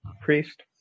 priest